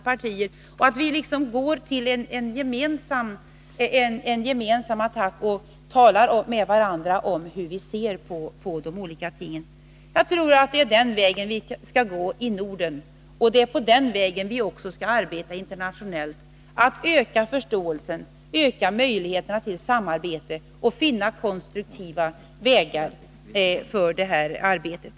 Vi måste liksom gemensamt gå till attack och tala med varandra om hur vi ser på de olika tingen. Jag tror att det är den vägen vi skall gå i Norden. Och det är också på det sättet vi skall arbeta internationellt när det gäller att öka förståelsen, öka möjligheterna till samarbete och finna konstruktiva vägar för det här Nr 43 arbetet.